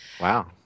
Wow